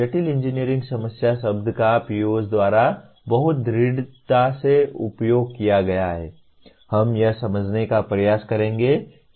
जटिल इंजीनियरिंग समस्या शब्द का POs द्वारा बहुत दृढ़ता से उपयोग किया गया है हम यह समझने का प्रयास करेंगे कि वे क्या हैं